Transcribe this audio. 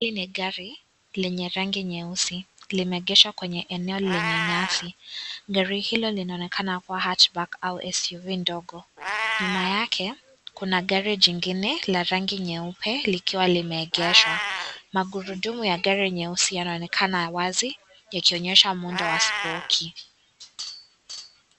Hii ni gari lenye rangi nyeusi, limeegeshwa kwenye eneo lenye nyasi. Gari hilo inaonekana kuwa Hatchback au SUV ndogo. Nyuma yake, kuna gari jingine la rangi nyeupe likiwa limegeeshwa. Magurudumu ya gari nyeusi yanonekana wazi yakionyesha muundo wa {cs}spoki (cs}.